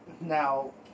Now